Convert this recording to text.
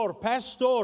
Pastor